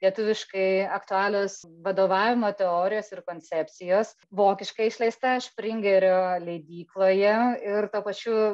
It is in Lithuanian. lietuviškai aktualios vadovavimo teorijos ir koncepcijos vokiškai išleista špringerio leidykloje ir tuo pačiu